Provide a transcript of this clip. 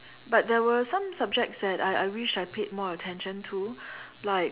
but there were some subjects that I I wish I paid more attention to like